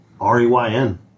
R-E-Y-N